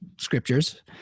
scriptures